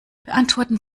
beantworten